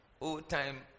Old-time